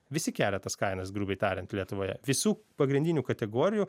visi kelia tas kainas grubiai tariant lietuvoje visų pagrindinių kategorijų